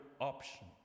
option